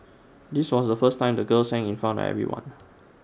this was the first time the girl sang in front of everyone